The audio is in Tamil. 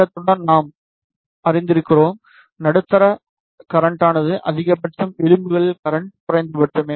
நீளத்துடன் நாம் அறிந்திருக்கிறோம் நடுத்தர கரண்ட்டானது அதிகபட்சம் விளிம்புகளில் கரண்ட் குறைந்தபட்சம்